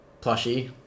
plushie